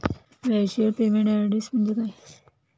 Virtual payment address म्हणजे काय?